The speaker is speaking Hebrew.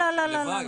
לא,